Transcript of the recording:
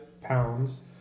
pounds